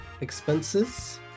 Expenses